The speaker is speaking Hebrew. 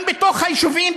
גם בתוך היישובים,